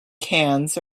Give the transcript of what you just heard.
cans